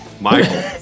Michael